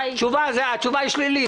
התשובה היא שלילית: